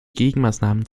gegenmaßnahmen